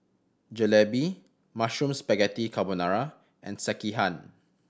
Jalebi Mushroom Spaghetti Carbonara and Sekihan